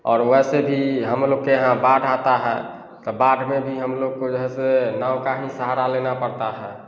वैसे भी हम लोग के यहाँ बाढ़ आता है त बाढ़ में भी हमलोग को जे है से नाव का हीं सहारा लेना पड़ता है